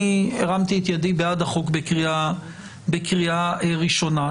אני הרמתי את ידי בעד החוק בקריאה ראשונה.